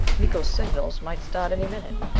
miko's signals might start any minute.